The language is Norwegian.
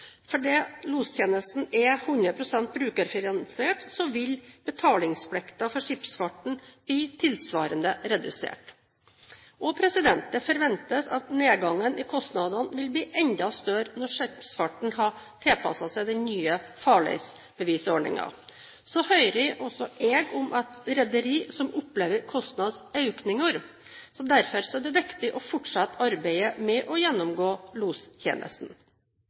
lostjenesten er 100 pst. brukerfinansiert, vil betalingsplikten for skipsfarten bli tilsvarende redusert. Det forventes at nedgangen i kostnadene vil bli enda større når skipsfarten har tilpasset seg den nye farleisbevisordningen. Så hører også jeg om rederier som opplever kostnadsøkninger. Derfor er det viktig å fortsette arbeidet med å gjennomgå lostjenesten.